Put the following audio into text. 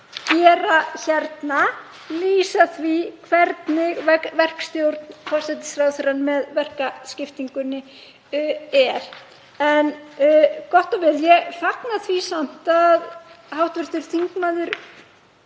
gera hérna, lýsa því hvernig verkstjórn forsætisráðherra með verkaskiptingunni er. En gott og vel. Ég fagna því samt og hv. þingmaður